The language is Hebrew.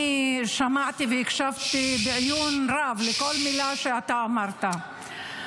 אני שמעתי והקשבתי בקשב רב לכל מילה שאתה אמרת.